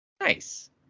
Nice